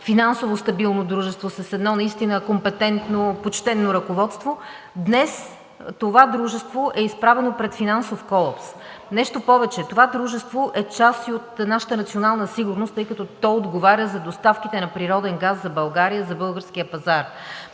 финансово стабилно дружество, едно наистина компетентно, почтено ръководство, днес това дружество е изправено пред финансов колапс. Нещо повече, това дружество е част и от нашата национална сигурност, тъй като то отговаря за доставките на природен газ за България и за българския пазар,